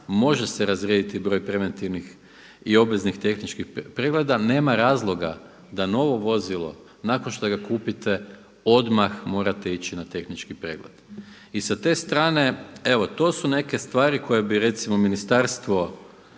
može se razrijediti broj preventivnih i obveznih tehničkih pregleda, nema razloga da novo vozilo nakon što ga kupite odmah morate ići na tehnički pregled. I sa te strane, evo to su neke stvari koje bi recimo ministarstvo